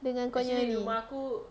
dengan kau punya ni